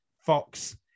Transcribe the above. Fox